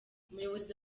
umuyobozi